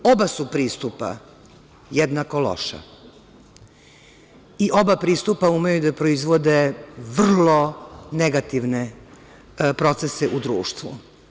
Oba su pristupa jednako loša i oba pristupa umeju da proizvode vrlo negativne procese u društvu.